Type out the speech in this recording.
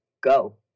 go